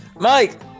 Mike